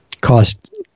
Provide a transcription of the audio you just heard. cost